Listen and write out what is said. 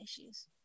issues